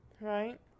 right